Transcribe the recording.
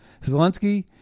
Zelensky